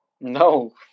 No